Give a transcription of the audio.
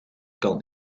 kan